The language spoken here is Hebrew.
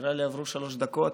נראה לי שעברו שלוש דקות.